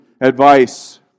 advice